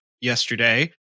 yesterday